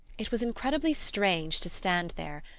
it was incredibly strange to stand there,